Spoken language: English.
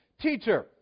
Teacher